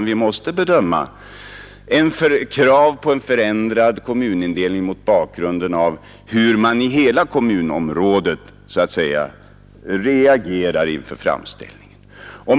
Vi måste bedöma krav på en förändrad kommunindelning mot bakgrund av hur man i hela kommunområdet reagerar inför framställningen.